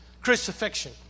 crucifixion